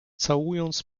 całując